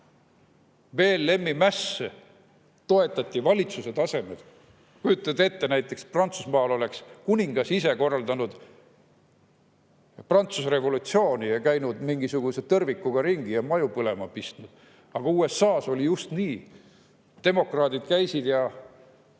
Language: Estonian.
mässe toetati valitsuse tasemel. Kujutage ette, kui näiteks Prantsusmaal oleks kuningas ise korraldanud Prantsuse revolutsiooni ja käinud mingisuguse tõrvikuga ringi ja maju põlema pistnud. Aga USA-s oli just nii. Demokraadid käisid ja